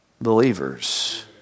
believers